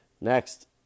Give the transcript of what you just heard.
Next